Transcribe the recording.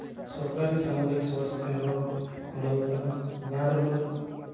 ᱥᱚᱨᱠᱟᱨᱤ ᱠᱮᱱᱫᱨᱚ ᱠᱷᱩᱞᱟᱹᱣ ᱠᱟᱱᱟ ᱡᱟᱦᱟᱸ ᱨᱮᱫᱚ